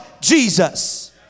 Jesus